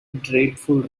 dreadful